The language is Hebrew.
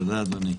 תודה, אדוני.